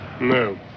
no